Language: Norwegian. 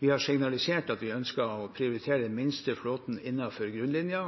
Vi har signalisert at vi ønsker å prioritere den minste flåten innenfor grunnlinja,